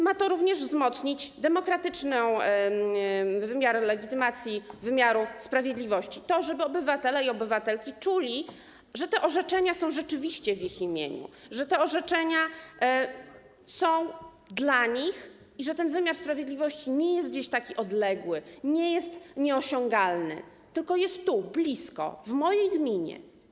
Ma to również wzmocnić demokratyczny wymiar legitymacji wymiaru sprawiedliwości, żeby obywatele i obywatelki czuli, że te orzeczenia są rzeczywiście w ich imieniu, że te orzeczenia są dla nich i że wymiar sprawiedliwości nie jest odległy, nie jest nieosiągalny, tylko jest tu, blisko, w mojej gminie.